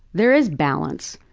there is balance.